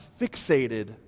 fixated